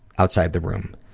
outside the room.